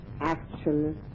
actual